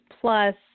plus